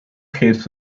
krebs